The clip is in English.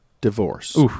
divorce